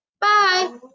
Bye